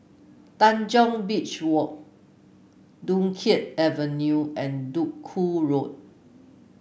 Tanjong Beach Walk Dunkirk Avenue and Duku Road